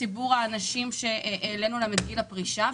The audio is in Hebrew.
ציבור האנשים שהעלינו להם את גיל הפרישה.